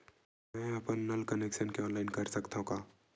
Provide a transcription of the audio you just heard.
मैं अपन नल कनेक्शन के ऑनलाइन कर सकथव का?